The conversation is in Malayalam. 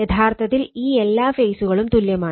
യഥാർത്ഥത്തിൽ ഈ എല്ലാ ഫേസുകളും തുല്യമാണ്